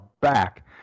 back